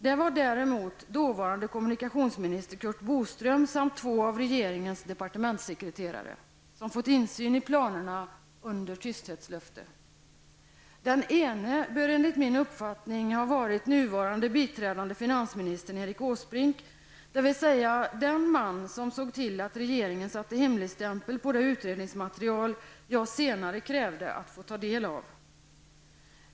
Det var däremot dåvarande kommunikationsminister Curt Boström samt två av regeringens departementssekreterare som fått insyn i planerna under tysthetslöfte. Den ene bör enligt min uppfattning har varit nuvarande biträdande finansministern, Erik Åsbrink, dvs. den man som såg till att regeringen satte hemligstämpel på det utredningsmaterial som jag senare krävde att få ta del av.